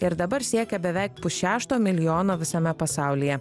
ir dabar siekia beveik pusšešto milijono visame pasaulyje